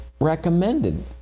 recommended